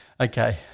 okay